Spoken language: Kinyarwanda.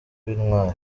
b’intwari